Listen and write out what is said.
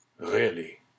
Really